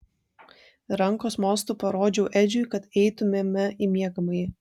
rankos mostu parodžiau edžiui kad eitumėme į miegamąjį